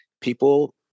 people